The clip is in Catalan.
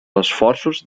esforços